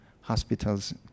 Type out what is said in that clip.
hospitals